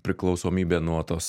priklausomybė nuo tos